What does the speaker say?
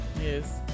yes